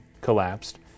collapsed